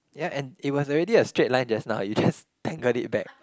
ya and it was already a straight line just now and you just tangled it back